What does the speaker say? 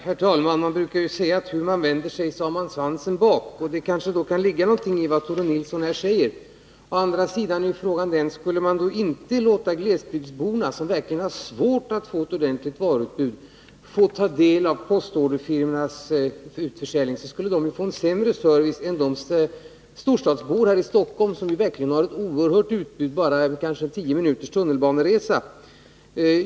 Herr talman! Man brukar säga att hur man än vänder sig har man svansen bak. Det kan kanske ligga något i vad Tore Nilsson säger, men å andra sidan är frågan den: Skall man inte låta glesbygdsborna, som verkligen har svårt att få ett ordentligt varuutbud, få ta del av postorderfirmornas försäljning? De skulle i så fall få en sämre service än de storstadsbor här i Stockholm som verkligen har ett oerhört utbud och kanske bara tio minuters avstånd vid färd med tunnelbana.